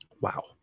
Wow